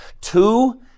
Two